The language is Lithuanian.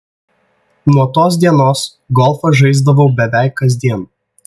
nuo tos dienos golfą žaisdavau beveik kasdien